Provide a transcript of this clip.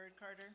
Carter